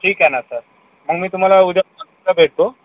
ठीक आहे ना सर मग मी तुम्हाला उद्या भेटतो